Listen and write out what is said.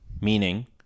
meaning